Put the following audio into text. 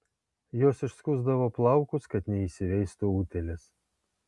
jos išskusdavo plaukus kad neįsiveistų utėlės